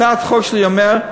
הצעת החוק שלי אומרת,